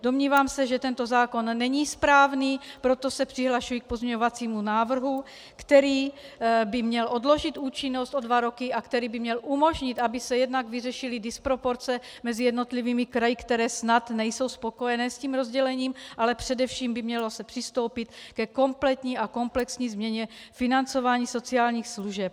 Domnívám se, že tento zákon není správný, proto se přihlašuji k pozměňovacímu návrhu, který by měl odložit účinnost o dva roky a který by měl umožnit, aby se jednak vyřešily disproporce mezi jednotlivými kraji, které snad nejsou spokojené s tím rozdělením, ale především by se mělo přistoupit ke kompletní a komplexní změně financování sociálních služeb.